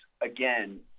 again